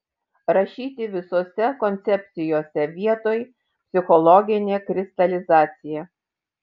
rašyti visose koncepcijose vietoj psichologinė kristalizacija